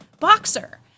boxer